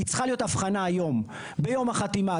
היא צריכה להיות הבחנה היום, ביום החתימה.